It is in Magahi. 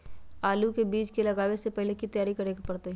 आलू के बीज के लगाबे से पहिले की की तैयारी करे के परतई?